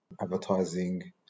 advertising